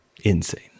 insane